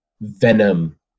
venom